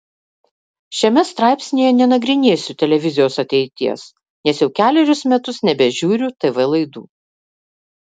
šiame straipsnyje nenagrinėsiu televizijos ateities nes jau kelerius metus nebežiūriu tv laidų